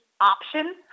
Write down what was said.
option